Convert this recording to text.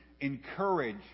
encourage